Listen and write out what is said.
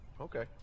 Okay